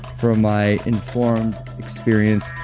from my informed experience.